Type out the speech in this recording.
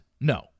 No